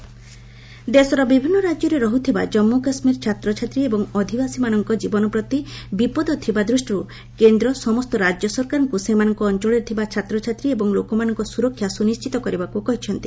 centre advisory ଦେଶର ବିଭିନ୍ନ ରାଜ୍ୟରେ ରହୁଥିବା କାଞ୍ଗୁ କାଶ୍ମୀର ଛାତ୍ରଛାତ୍ରୀ ଏବଂ ଅଧିବାସୀମାନଙ୍କ ଜୀବନ ପ୍ରତି ବିପଦ ଥିବା ଦୃଷ୍ଟିରୁ କେନ୍ଦ୍ର ସମସ୍ତ ରାଜ୍ୟ ସରକାରଙ୍କୁ ସେମାନଙ୍କ ଅଞ୍ଚଳରେ ଥିବା ଛାତ୍ରଛାତ୍ରୀ ଏବଂ ଲୋକମାନଙ୍କ ସୁରକ୍ଷା ସୁନିଶ୍ଚିତ କରିବାକୁ କହିଛନ୍ତି